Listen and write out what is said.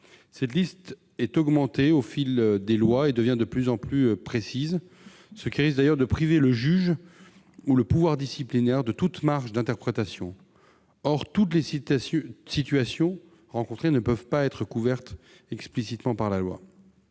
Cette liste est augmentée au fil des lois et devient de plus en plus précise, ce qui risque de priver le juge ou le pouvoir disciplinaire de toute marge d'interprétation. Or toutes les situations rencontrées ne peuvent pas être couvertes explicitement par la loi.